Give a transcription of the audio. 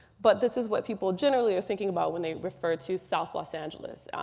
but this is what people generally are thinking about when they refer to south los angeles,